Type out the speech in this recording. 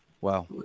Wow